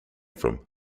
from